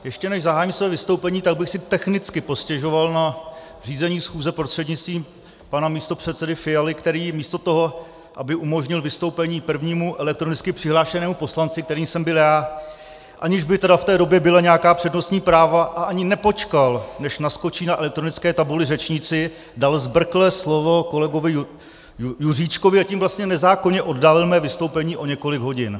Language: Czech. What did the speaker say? Ještě než zahájím své vystoupení, tak bych si technicky postěžoval na řízení schůze prostřednictvím pana místopředsedy Fialy, který místo toho, aby umožnil vystoupení prvnímu elektronicky přihlášenému poslanci, kterým jsem byl já, aniž by v té době byla nějaká přednostní práva, ani nepočkal, než naskočí na elektronické tabuli řečníci, dal zbrkle slovo kolegovi Juříčkovi, a tím vlastně nezákonně oddálil mé vystoupení o několik hodin.